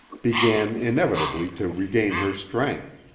began inevitably to regain her strength.